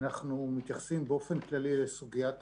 אנחנו מתייחסים באופן כללי לסוגיית